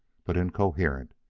but incoherent,